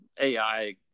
AI